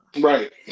Right